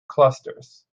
clusters